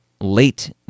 late